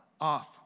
off